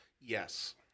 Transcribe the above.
Yes